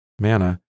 manna